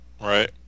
Right